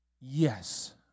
Yes